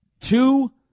two